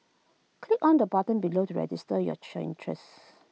click on the button below to register your interests